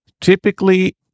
Typically